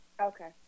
okay